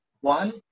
One